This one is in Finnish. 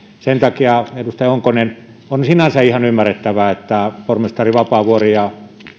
sen takia edustaja honkonen on sinänsä ihan ymmärrettävää että pormestari vapaavuori ja